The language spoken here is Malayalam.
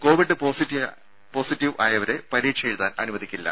കോവിഡ് പോസിറ്റീവായവരെ പരീക്ഷ എഴുതാൻ അനുവദിക്കില്ല